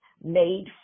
made